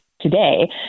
today